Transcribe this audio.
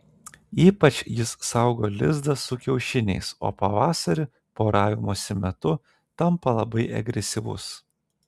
ypač jis saugo lizdą su kiaušiniais o pavasarį poravimosi metu tampa labai agresyvus